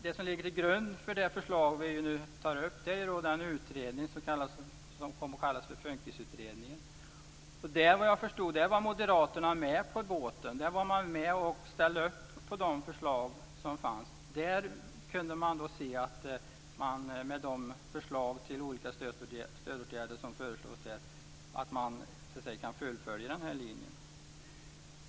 Det som ligger till grund för det förslag som vi nu tar upp är den utredning som kom att kallas för FUNKIS-utredningen. Vad jag förstår var Moderaterna med på båten i den utredningen. Där ställde man upp på de förslag som fanns. Med de förslag till olika stödåtgärder som föreslås där kan att man fullfölja den här linjen.